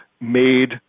made